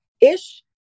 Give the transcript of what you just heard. ish